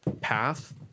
path